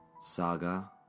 Saga